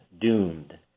doomed